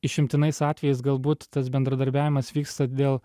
išimtinais atvejais galbūt tas bendradarbiavimas vyksta dėl